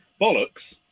bollocks